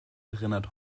erinnert